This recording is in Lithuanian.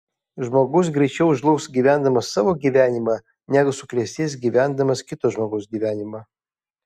žmogus greičiau žlugs gyvendamas savo gyvenimą negu suklestės gyvendamas kito žmogaus gyvenimą